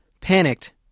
Panicked